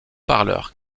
parleurs